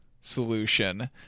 solution